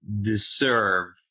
deserve